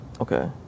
Okay